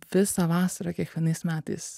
visą vasarą kiekvienais metais